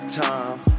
time